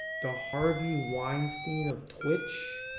the harvey weinstein of twitch.